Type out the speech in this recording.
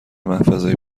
محفظه